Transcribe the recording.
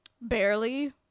Barely